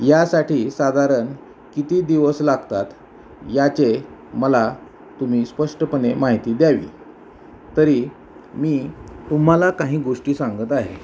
यासाठी साधारण किती दिवस लागतात याचे मला तुम्ही स्पष्टपणे माहिती द्यावी तरी मी तुम्हाला काही गोष्टी सांगत आहे